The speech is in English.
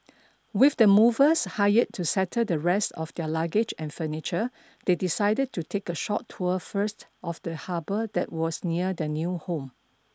with the movers hired to settle the rest of their luggage and furniture they decided to take a short tour first of the harbor that was near their new home